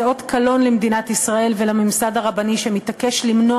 זה אות קלון למדינת ישראל ולממסד הרבני שמתעקש למנוע